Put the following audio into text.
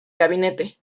gabinete